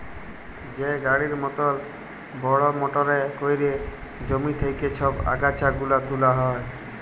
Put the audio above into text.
যে গাড়ির মতল বড়হ মটরে ক্যইরে জমি থ্যাইকে ছব আগাছা গুলা তুলা হ্যয়